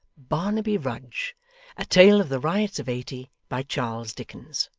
barnaby rudge a tale of the riots of eighty by charles dickens